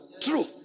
True